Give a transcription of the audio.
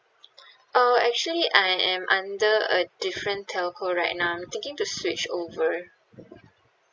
uh actually I am under a different telco right now I'm thinking to switch over